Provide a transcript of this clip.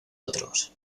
otros